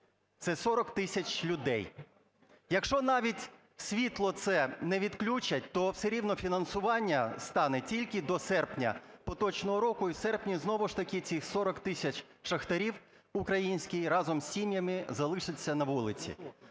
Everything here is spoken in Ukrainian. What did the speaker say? Це 40 тисяч людей. Якщо навіть світло це не відключать, то все рівно фінансування стане тільки до серпня поточного року, і в серпні знову ж таки цих 40 тисяч шахтарів українські разом з сім'ями залишаться на вулиці.